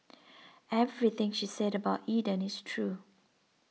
everything she said about Eden is true